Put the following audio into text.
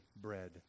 bread